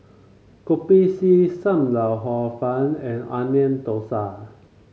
Kopi C Sam Lau Hor Fun and Onion Thosai